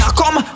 come